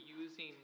using